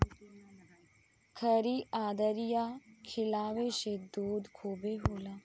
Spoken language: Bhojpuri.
खरी आ दरिया खिआवे से दूध खूबे होला